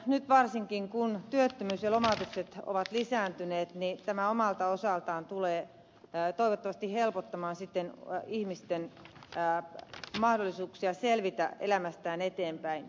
nyt varsinkin kun työttömyys ja lomautukset ovat lisääntyneet tämä omalta osaltaan tulee toivottavasti helpottamaan ihmisten mahdollisuuksia selvitä elämässään eteenpäin